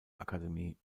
akademie